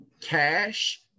cash